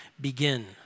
begin